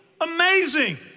Amazing